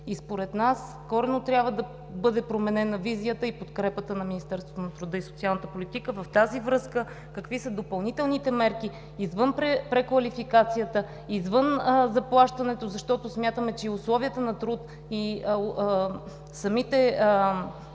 Според нас коренно трябва да бъде променена визията и подкрепата на Министерството на труда и социалната политика. В тази връзка какви са допълнителните мерки извън преквалификацията и извън заплащането? Защото смятаме, че условията на труд и самите